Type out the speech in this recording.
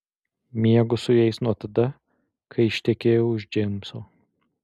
miegu su jais nuo tada kai ištekėjau už džeimso